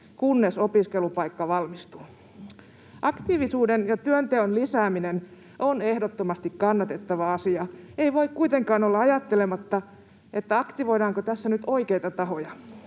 kunnes opiskelupaikka varmistuu. Aktiivisuuden ja työnteon lisääminen on ehdottomasti kannatettava asia. Ei voi kuitenkaan olla ajattelematta, aktivoidaanko tässä nyt oikeita tahoja.